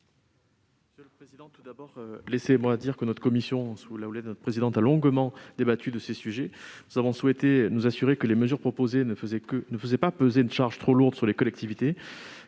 monsieur le président. Quel est l'avis de la commission des affaires économiques ? La commission, sous la houlette de notre présidente, a longuement débattu de ces sujets. Nous avons souhaité nous assurer que les mesures proposées ne faisaient pas peser une charge trop lourde sur les collectivités,